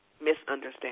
misunderstand